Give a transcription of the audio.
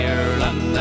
Ireland